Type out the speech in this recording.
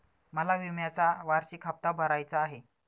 मला विम्याचा वार्षिक हप्ता भरायचा आहे